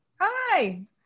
Hi